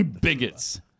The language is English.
Bigots